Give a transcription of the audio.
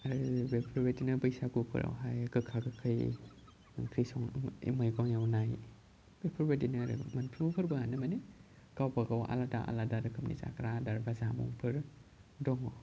आरो बेफोर बादिनो बैसागुफोरावहाय गोखा गोखै ओंख्रि संनाय मैगं एवनाय बेफोरबादिनो आरो मोनफ्रोमबो फोरबोआनो मानि गावबागाव आलादा आलादा रोखोमनि जाग्रा आदार बा जामुंफोर दङ